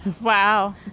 Wow